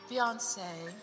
Beyonce